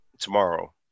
tomorrow